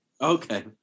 Okay